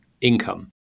income